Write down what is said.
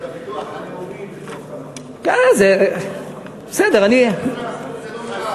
12% זה לא מעט.